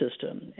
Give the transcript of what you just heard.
system